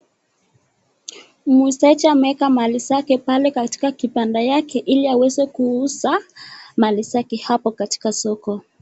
Muuzaji ameweka mali zake pale katika kipande chake hili aweze kuuza Mali zake hapo katika soko.